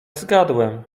zgadłem